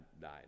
died